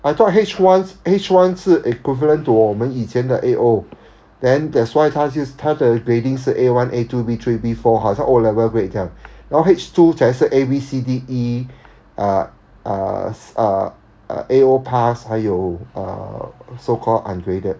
I thought H one H one 是 equivalent to 我们以前的 A O then that's why 他就他的 grading 是 A one A two B three B four 好像 O level grade 这样然后 H two 才是 A B C D E uh uh uh uh A O pass 还有 uh so called ungraded